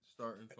starting